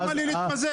למה לי להתמזג?